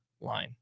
line